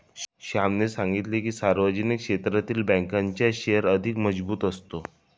श्यामने सांगितले की, सार्वजनिक क्षेत्रातील बँकांचा शेअर अधिक मजबूत असतो